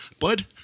Bud